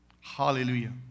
Hallelujah